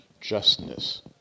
justness